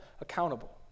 accountable